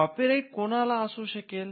copyright कोणाला असू शकेल